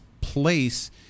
place